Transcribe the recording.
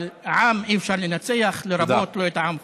אבל עם אי-אפשר לנצח, לרבות את העם הפלסטיני.